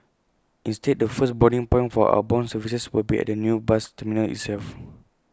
instead the first boarding point for outbound services will be at the new bus terminal itself